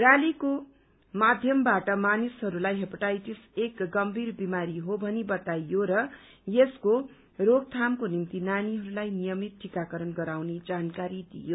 रयालीको माध्यमबाट मानिसहरूलाई हेपाटाइटिस एक गम्भीर विमारी हो भनी बताइयो र यसको रोकथामको निम्ति नानीहरूलाई नियमित टीकाकरण गराउने जानकारी दियो